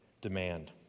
demand